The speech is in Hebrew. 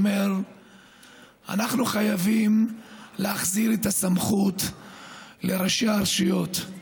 אומר שאנחנו חייבים להחזיר את הסמכות לראשי הרשויות.